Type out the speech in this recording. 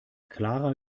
clara